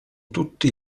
tutti